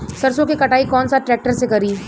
सरसों के कटाई कौन सा ट्रैक्टर से करी?